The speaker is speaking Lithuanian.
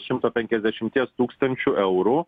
šimto penkiasdešimties tūkstančių eurų